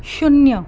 शून्य